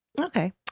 Okay